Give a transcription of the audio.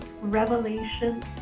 revelation